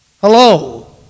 Hello